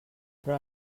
però